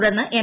തുടർന്ന് എം